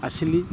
ଆସିଲି